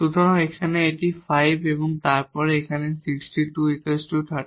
সুতরাং এখানে এটি 5 এবং তারপর এখানে 62 369 45